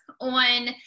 on